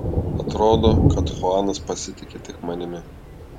atrodo kad chuanas pasitiki tik manimi